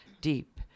deep